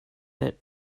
but